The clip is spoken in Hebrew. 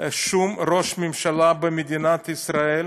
שום ראש ממשלה במדינת ישראל